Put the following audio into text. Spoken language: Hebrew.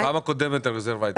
בפעם הקודמת הרזרבה הייתה אפס.